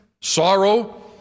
sorrow